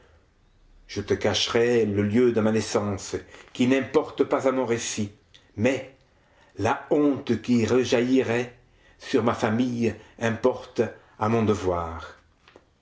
je te cacherai le lieu de ma naissance qui n'importe pas à mon récit mais la honte qui rejaillirait sur ma famille importe à mon devoir